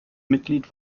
mitglied